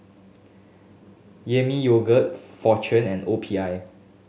Yemi Yogurt Fortune and O P I